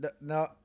no